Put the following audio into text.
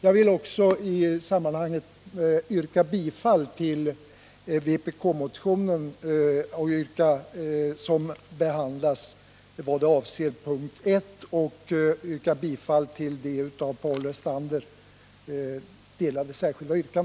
I det här sammanhanget vill jag också yrka bifall till vpk-motionen avseende punkt 1, liksom också till förslagen i det av Paul Lestander framställda särskilda yrkandet, som har delats ut här i kammaren.